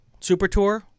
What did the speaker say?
Supertour